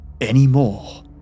anymore